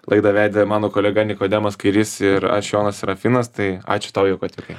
laidą vedė mano kolega nikodemas kairys ir aš jonas serafinas tai ačiū tau jog atvykai